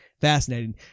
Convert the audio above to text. fascinating